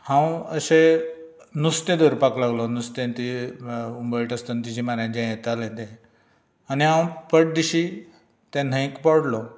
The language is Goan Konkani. हांव अशें नुस्तें धरपाक लागलो नुस्तें ते उमळटा आसतना तिच्या म्हऱ्यांत ते येतालें ते आनी हांव पटदिशीं ते न्हंयेंत पडलो